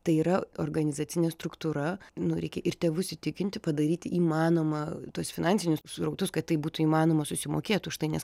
tai yra organizacinė struktūra nu reikia ir tėvus įtikinti padaryti įmanoma tuos finansinius srautus kad tai būtų įmanoma susimokėt už tai nes